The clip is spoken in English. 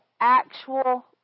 actual